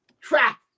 trap